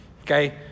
Okay